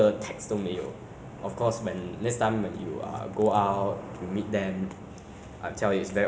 we used to be very very ah close ah but now after I enter secondary school